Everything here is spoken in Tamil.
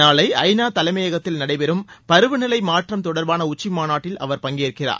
நாளை ஐ நா தலைமையகத்தில் நடைபெறும் பருவநிலை மாற்றம் தொடர்பான உச்சி மாநாட்டில் அவர் பங்கேற்கிறார்